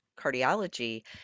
cardiology